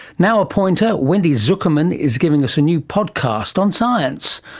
now a pointer, wendy zukerman is giving us a new podcast on science.